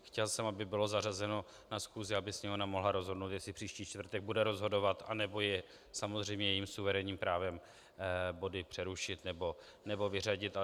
Chtěl jsem, aby bylo zařazeno na schůzi, aby Sněmovna mohla rozhodnout, jestli příští čtvrtek bude rozhodovat, nebo je samozřejmě jejím suverénním právem body přerušit nebo vyřadit.